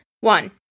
One